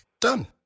Done